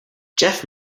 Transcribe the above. jeff